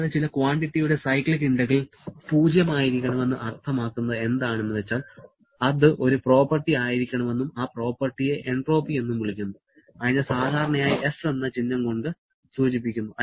കൂടാതെ ചില ക്വാണ്ടിറ്റിയുടെ സൈക്ലിക് ഇന്റഗ്രൽ 0 ആയിരിക്കണമെന്ന് അർത്ഥമാക്കുന്നത് എന്താണ് എന്ന് വെച്ചാൽ അത് ഒരു പ്രോപ്പർട്ടി ആയിരിക്കണമെന്നും ആ പ്രോപ്പർട്ടിയെ എൻട്രോപ്പി എന്നും വിളിക്കുന്നു അതിനെ സാധാരണയായി S എന്ന ചിഹ്നം കൊണ്ട് സൂചിപ്പിക്കുന്നു